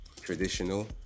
traditional